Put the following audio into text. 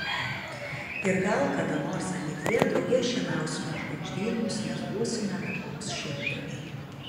ir gal kada nors ateityje drauge šienausime žvaigždynus nes būsime dangaus šienpjoviai